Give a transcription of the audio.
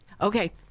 Okay